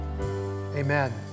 Amen